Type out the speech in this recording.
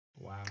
Wow